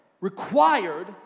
required